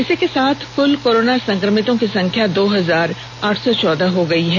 इसी के साथ कृल कोरोना संक्रमितों की संख्या दो हजार आठ सौ चौदह पहुंच गई है